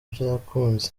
byakunze